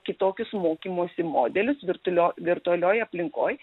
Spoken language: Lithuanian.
kitokius mokymosi modelius virtualio virtualioj aplinkoj